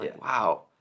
Wow